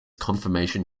confirmation